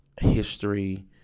History